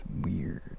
weird